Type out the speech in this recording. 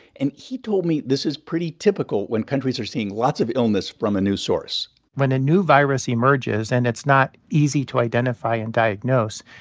and he told me this is pretty typical when countries are seeing lots of illness from a new source when a new virus emerges and it's not easy to identify and diagnose,